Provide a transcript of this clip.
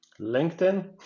LinkedIn